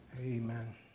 Amen